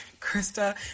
Krista